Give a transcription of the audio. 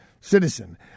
citizen